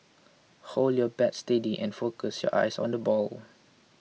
hold your bat steady and focus your eyes on the ball